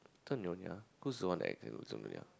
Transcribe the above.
Little-Nyonya who's the one act in Little-Nyonya